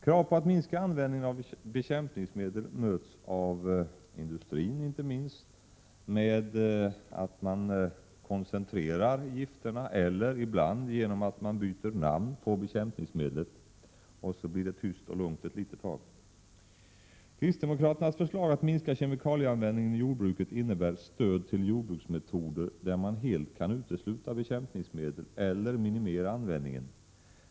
Krav på att minska användningen av bekämpningsmedel möts av industrin med nya, mer koncentrerade gifter eller ibland genom att man byter namn på bekämpningsmedlet, och så blir det tyst och lugnt ett litet tag. Kristdemokraternas förslag att minska kemikalieanvändningen i jordbruket innebär stöd till jordbruksmetoder där man helt kan utesluta bekämpningsmedel eller i vart fall minimera användningen.